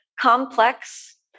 complex